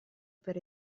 per